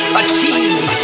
achieve